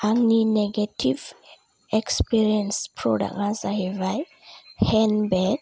आंनि negative experience प्रदाका जाहैबाय हेन्द बेग